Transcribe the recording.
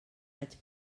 vaig